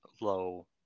low